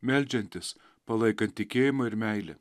meldžiantis palaikant tikėjimą ir meilę